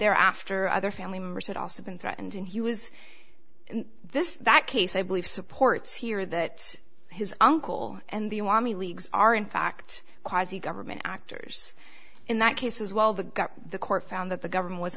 there after other family members had also been threatened and he was this that case i believe supports here that his uncle and the leagues are in fact quasi government actors in that case as well the got the court found that the government was